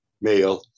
male